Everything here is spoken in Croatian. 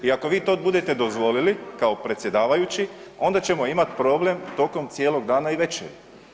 I ako vi to budete dozvolili kao predsjedavajući onda ćemo imati problem tokom cijelog dana i večeri.